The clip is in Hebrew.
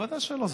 בוודאי שלא,